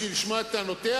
איך נאמר בעדינות,